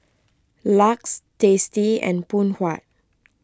Lux Tasty and Phoon Huat